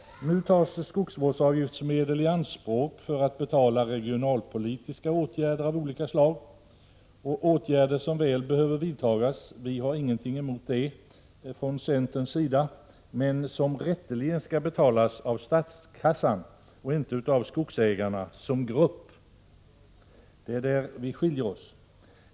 Nu tas skogsvårdsavgiftsmedel i anspråk för att betala regionalpolitiska åtgärder av olika slag, åtgärder som väl behöver vidtagas — vi har ingenting emot dem från centerns sida — men som rätteligen skall betalas av statskassan och inte av skogsägarna som grupp. Det är där vi skiljer oss.